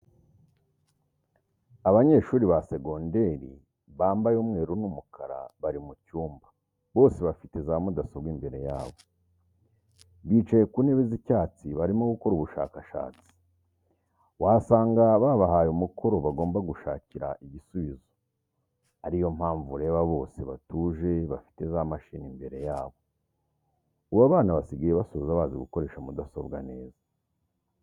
Abanyeshuri ba segonderi bamabaye umweru n'umukara bari mu cyumba bose bafite za mudasobwa imbere yabo. Bicaye ku ntebe z'icyatsi, barimo gukora ubushakashatsi, wasanga babahaye umukoro bagomba gushakira igisubizo, ariyo mpamvu ureba bose batuje bafite za mashini imbere yabo. Ubu abana basigaye basoza bazi gukoresha mudasobwa neza.